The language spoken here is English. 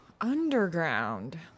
underground